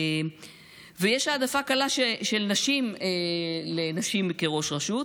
יש העדפה קלה של נשים לנשים כראש רשות.